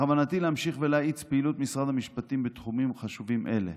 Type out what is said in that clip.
בכוונתי להמשיך ולהאיץ את פעילות משרד המשפטים בתחומים חשובים אלה.